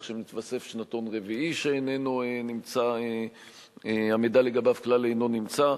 כך שמתווסף שנתון רביעי שהמידע לגביו כלל אינו נמצא.